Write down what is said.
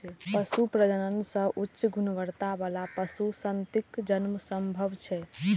पशु प्रजनन सं उच्च गुणवत्ता बला पशु संततिक जन्म संभव छै